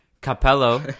Capello